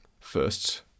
first